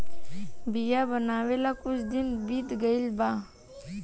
बिया बोवले कुछ दिन बीत गइल बा